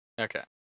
Okay